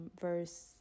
verse